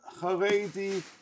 Haredi